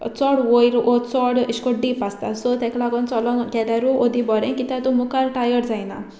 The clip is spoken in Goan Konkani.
चोड वयर वो चोड एश को डीप आसता सो तेका लागोन चलो गेल्यारूय ओदी बोरें कित्याक तूं मुखार टायर्ड जायना